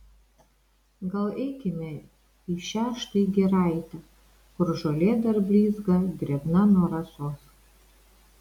gal eikime į šią štai giraitę kur žolė dar blizga drėgna nuo rasos